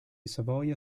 savoia